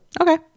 Okay